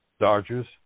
Dodgers